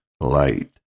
light